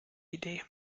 idee